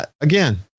Again